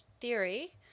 Theory